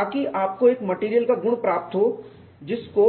ताकि आपको एक मेटेरियल का गुण प्राप्त हो जिसको